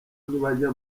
ntibajya